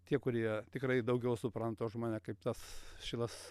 tie kurie tikrai daugiau supranta už mane kaip tas šilas